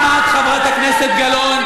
גם את, חברת הכנסת גלאון.